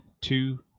two